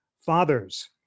Fathers